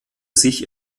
sich